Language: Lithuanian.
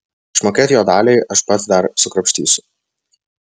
išmokėt jo daliai aš pats dar sukrapštysiu